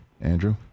andrew